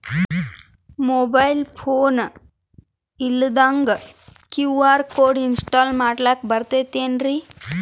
Mobile phone ಇಲ್ದಂಗ QR code install ಮಾಡ್ಲಕ ಬರ್ತದೇನ್ರಿ?